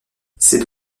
cette